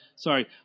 sorry